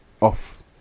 off